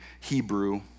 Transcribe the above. Hebrew